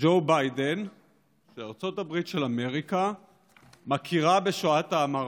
ג'ו ביידן שארצות הברית של אמריקה מכירה בשואת העם הארמני.